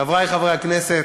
חברי חברי הכנסת,